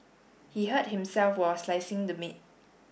he hurt himself while slicing the meat